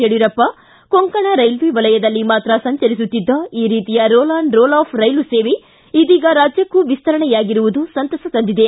Yediyurappa Konkan railway ವಲಯದಲ್ಲಿ ಮಾತ್ರ ಸಂಚರಿಸುತ್ತಿದ್ದ ಈ ರೀತಿಯ ರೋಲ್ ಆನ್ ರೋಲ್ ಆಫ್ ರೈಲು ಸೇವೆ ಇದೀಗ ರಾಜ್ಯಕ್ಕೂ ವಿಸ್ತರಣೆಯಾಗಿರುವುದು ಸಂತಸ ತಂದಿದೆ